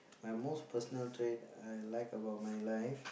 my most personal trait I like about my life